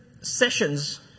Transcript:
sessions